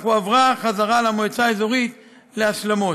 אך הועברה חזרה למועצה האזורית להשלמות.